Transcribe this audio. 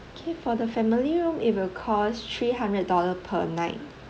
okay for the family room it will cost three hundred dollar per night